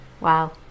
Wow